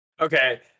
Okay